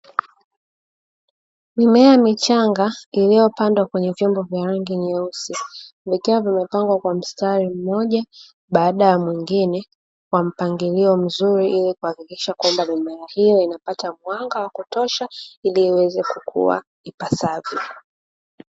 Mimea michanga iliyopandwa kwenye vyombo vya rangi nyeusi, vikiwa vimepangwa kwenye mstari mmoja baada ya mwingine kwa mpangilio mzuri ili kuhakikisha kwamba mimea hiyo inapata mwanga wa kutosha ili iweze kukua ipasavyo.